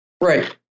Right